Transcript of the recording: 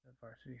varsity